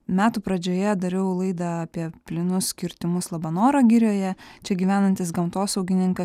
metų pradžioje dariau laidą apie plynus kirtimus labanoro girioje čia gyvenantis gamtosaugininkas